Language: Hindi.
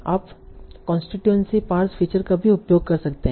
आप कोन्स्टीटूएनसी पार्स फीचर का भी उपयोग कर सकते हैं